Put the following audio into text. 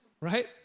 right